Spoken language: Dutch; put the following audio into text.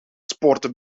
sporten